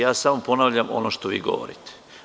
Samo ponavljam ono što vi govorite.